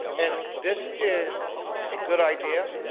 and this is a good idea